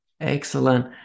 Excellent